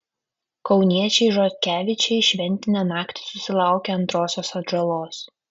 kauniečiai žotkevičiai šventinę naktį susilaukė antrosios atžalos